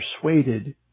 persuaded